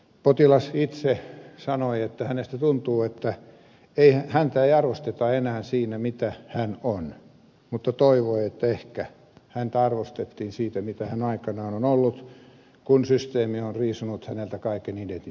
potilas itse sanoi että hänestä tuntuu että häntä ei arvosteta enää siitä mitä hän on mutta toivoi että ehkä häntä arvostettiin siitä mitä hän aikanaan on ollut kun systeemi on riisunut häneltä kaiken identiteetin pois